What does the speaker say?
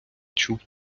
чув